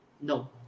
No